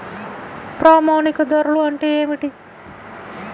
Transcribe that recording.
ప్రామాణిక ధరలు అంటే ఏమిటీ?